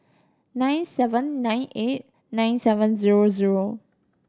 nine seven nine eight nine seven zero zero